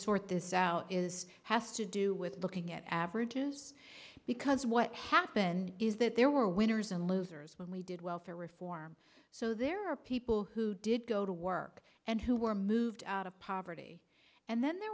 this out is has to do with looking at averages because what happened is that there were winners and losers when we did welfare reform so there are people who did go to work and who were moved out of poverty and then there